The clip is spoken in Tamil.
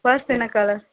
பர்ஸ் என்ன கலர்